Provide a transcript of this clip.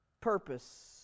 purpose